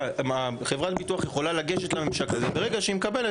חברת הביטוח יכולה לגשת לממשק הזה ברגע שהיא מקבלת